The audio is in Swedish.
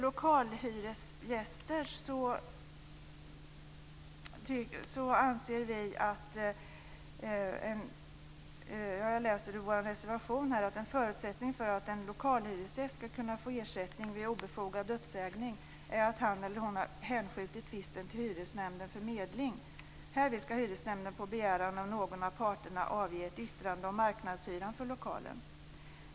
Vidare har vi frågan om lokalhyresgäster. En förutsättning för att en lokalhyresgäst ska kunna få ersättning vid obefogad uppsägning är att han eller hon har hänskjutit tvisten till hyresnämnden för medling. Härvid ska hyresnämnden på begäran av någon av parterna avge ett yttrande om marknadshyran för lokalen.